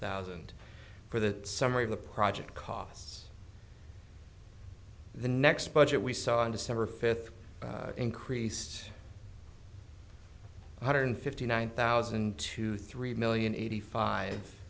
thousand for the summary of the project costs the next budget we saw on december fifth increased one hundred fifty nine thousand to three million eighty five